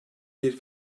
bir